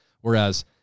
Whereas